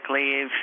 leave